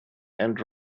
and